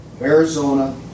Arizona